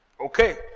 Okay